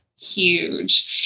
Huge